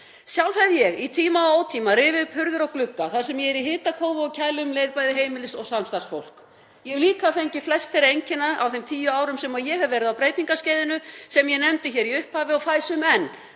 Sjálf hef ég í tíma og ótíma rifið upp hurðir og glugga þar sem ég er í hitakófi og kæli um leið bæði heimilis- og samstarfsfólk. Ég hef líka fengið flest þeirra einkenna á þeim tíu árum sem ég hef verið á breytingaskeiðinu sem ég nefndi hér í upphafi og fæ sum enn